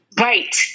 Right